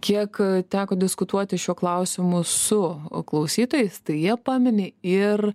kiek teko diskutuoti šiuo klausimu su klausytojais tai jie pamini ir